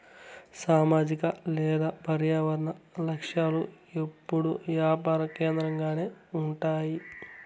సామాజిక లేదా పర్యావరన లక్ష్యాలు ఎప్పుడూ యాపార కేంద్రకంగానే ఉంటాయి